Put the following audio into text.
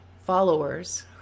followers